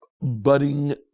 budding